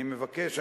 אני מבקש,